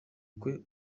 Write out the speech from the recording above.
kwe